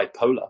bipolar